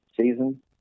season